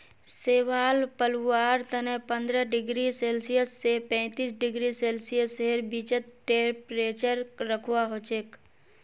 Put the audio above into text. शैवाल पलवार तने पंद्रह डिग्री सेल्सियस स पैंतीस डिग्री सेल्सियसेर बीचत टेंपरेचर रखवा हछेक